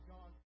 John